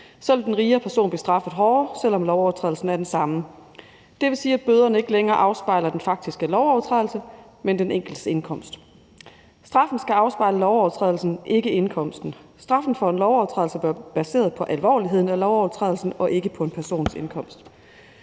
vil den rigere person blive straffet hårdere, selv om lovovertrædelsen er den samme. Det vil sige, at bøderne ikke længere afspejler den faktiske lovovertrædelse, men den enkeltes indkomst. Straffen skal afspejle lovovertrædelsen, ikke indkomsten. Straffen for en lovovertrædelse bør være baseret på alvorligheden af lovovertrædelsen og ikke på en persons indkomst.